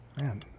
Man